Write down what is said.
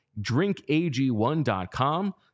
drinkag1.com